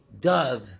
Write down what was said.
dove